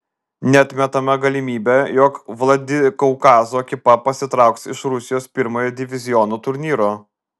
neatmetama galimybė jog vladikaukazo ekipa pasitrauks iš rusijos pirmojo diviziono turnyro